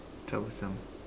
troublesome